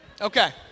Okay